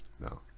No